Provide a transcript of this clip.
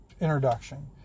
introduction